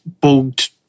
bugged